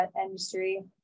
industry